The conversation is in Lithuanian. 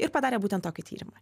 ir padarė būtent tokį tyrimą